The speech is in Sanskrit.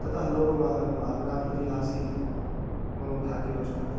ततः लोकवाहनम् आग्राप्रति आसीत् मम भाग्यवशात्